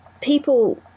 people